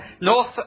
North